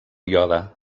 iode